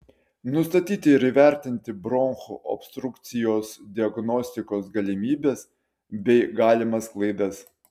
nustatyti ir įvertinti bronchų obstrukcijos diagnostikos galimybes bei galimas klaidas